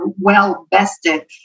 well-vested